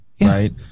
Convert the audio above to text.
right